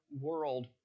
world